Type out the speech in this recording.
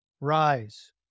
Rise